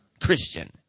Christian